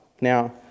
Now